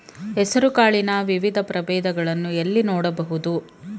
ಹೆಸರು ಕಾಳಿನ ವಿವಿಧ ಪ್ರಭೇದಗಳನ್ನು ಎಲ್ಲಿ ನೋಡಬಹುದು?